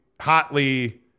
hotly